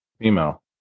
Female